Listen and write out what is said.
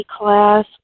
class